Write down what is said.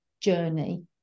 journey